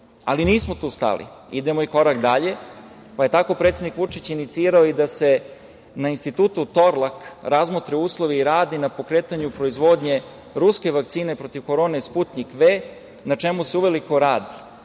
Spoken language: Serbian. Ali, nismo tu stali. Idemo i korak dalje, pa je tako predsednik Vučić inicirao i da se na Institutu „Torlak“ razmotre uslovi i radi na pokretanju proizvodnje ruske vakcine protiv korone „Sputnjik Ve“, na čemu se uveliko radi.